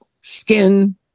skin